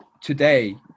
today